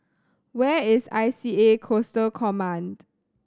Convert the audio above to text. where is I C A Coastal Command